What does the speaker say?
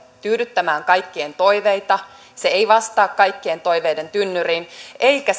tyydyttämään kaikkien toiveita se ei vastaa kaikkien toiveiden tynnyriin eikä